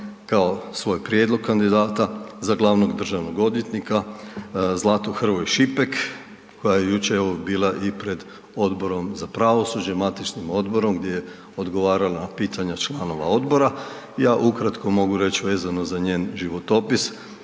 kao svoj prijedlog kandidata za glavnog državnog odvjetnika Zlatu Hrvoj Šipek koja je jučer bila i pred Odborom za pravosuđe, matičnim odborom gdje je odgovarala na pitanja članova odbora. Ja mogu ukratko reći vezano za njen životopis,